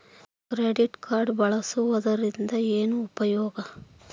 Credit card ಬಳಸುವದರಿಂದ ಏನು ಉಪಯೋಗ?